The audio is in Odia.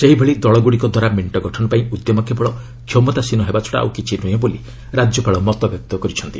ସେହିଭଳି ଦଳଗୁଡ଼ିକ ଦ୍ୱାରା ମେଙ୍କ ଗଠନ ପାଇଁ ଉଦ୍ୟମ କେବଳ କ୍ଷମତାସିନ ହେବାଛଡ଼ା ଆଉ କିଛି ନୁହେଁ ବୋଲି ରାଜ୍ୟପାଳ ମତବ୍ୟକ୍ତ କରିଛନ୍ତି